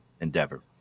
endeavor